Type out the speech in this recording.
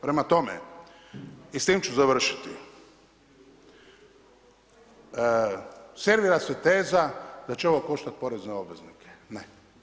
Prema tome, i s tim ću završiti, servira se teza da će ovo koštat porezne obveznike, ne.